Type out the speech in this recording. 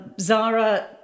Zara